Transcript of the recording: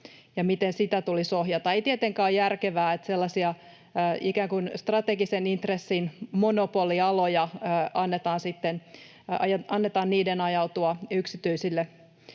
ja miten sitä tulisi ohjata. Ei tietenkään ole järkevää, että sellaisten ikään kuin strategisen intressin monopolialojen annetaan ajautua yksityisille.